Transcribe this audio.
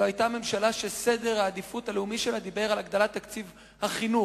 זו היתה ממשלה שסדר העדיפויות הלאומי שלה דיבר על הגדלת תקציב החינוך.